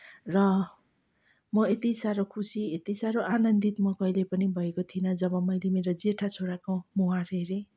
र म यति साह्रो खुसी यति साह्रो आनन्दित म कहिले पनि भएको थिइनँ जब मैले मेरो जेठा छोराको मुहार हेरेँ